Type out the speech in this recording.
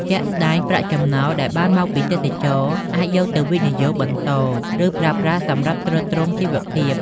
ជាក់ស្តែង ប្រាក់ចំណូលដែលបានពីទេសចរណ៍អាចយកទៅវិនិយោគបន្ត ឬប្រើប្រាស់សម្រាប់ទ្រទ្រង់ជីវភាព។